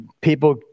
people